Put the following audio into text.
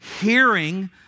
hearing